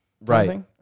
Right